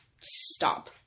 stop